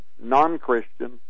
non-Christian